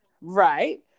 Right